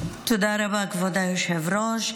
תודה רבה, כבוד היושב-ראש.